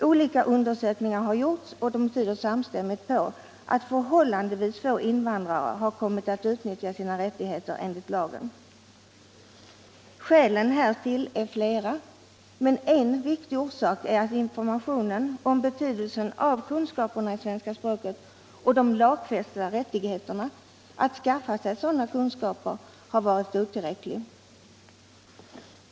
Olika undersökningar har gjorts, och de tyder samstämmigt på att förhållandevis få invandrare har kommit att utnyttja sina rättigheter enligt lagen. Skälen härtill är flera, men en viktig orsak är att informationen om betydelsen av kunskaper i svenska språket och de lagfästa rättigheterna att skaffa sig sådana kunskaper har varit otillräcklig.